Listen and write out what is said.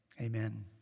amen